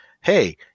Hey